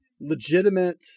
legitimate